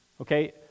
Okay